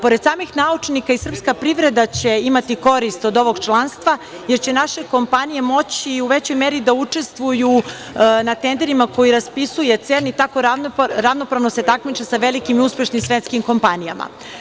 Pored samih naučnika, i srpska privreda će imati korist od ovog članstva, jer će naše kompanije moći u većoj meri da učestvuju na tenderima koje raspisuje CERN i tako da se ravnopravno takmiče sa velikim i uspešnim svetskim kompanijama.